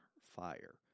fire